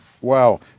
wow